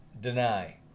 Deny